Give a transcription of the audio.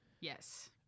Yes